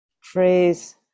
phrase